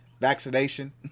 vaccination